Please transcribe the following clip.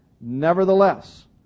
Nevertheless